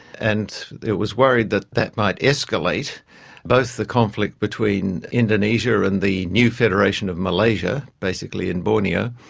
and it was worried that that might escalate both the conflict between indonesia and the new federation of malaysia, basically in borneo,